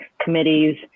committees